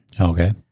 Okay